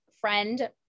friend